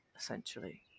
essentially